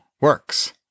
works